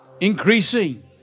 increasing